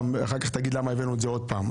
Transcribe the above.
כדי שלא תגיד אחר כך: למה הבאנו את זה עוד פעם?